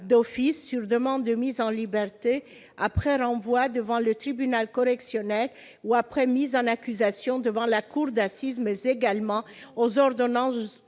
d'office, sur demande de mise en liberté, après renvoi devant le tribunal correctionnel ou après mise en accusation devant la cour d'assises ». Il pourrait